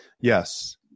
Yes